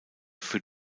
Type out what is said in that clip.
für